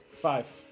Five